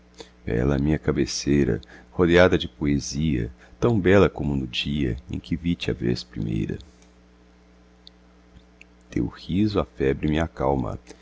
à minha cabeceira rodeada de poesia tão bela como no dia em que vi-te a vez primeira teu riso a febre me acalma